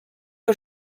que